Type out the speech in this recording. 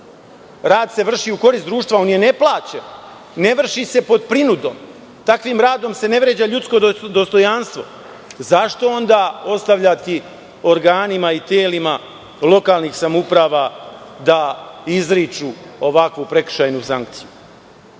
Rad se vrši u korist društva. On je neplaćen i ne vrši se pod prinudom. Takvim radom se ne vređa ljudsko dostojanstvo. Zašto onda ostavljati organima i telima lokalnih samouprava da izriču ovakvu prekršajnu sankciju? Sledeće